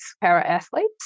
para-athletes